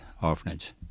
Orphanage